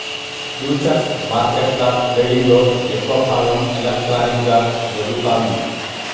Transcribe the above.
futures మార్కెట్ల ట్రేడింగ్లో ఎక్కువ భాగం ఎలక్ట్రానిక్గా జరుగుతాంది